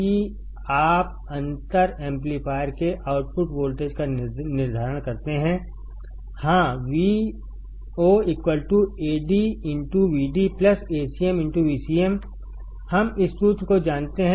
कि आप अंतर एम्पलीफायर के आउटपुट वोल्टेज का निर्धारण करते हैंहां Vo Ad Vd Acm Vcmहम इस सूत्र को जानते हैं